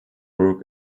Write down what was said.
brook